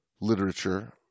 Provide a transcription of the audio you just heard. literature